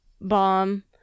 bomb